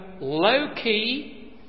low-key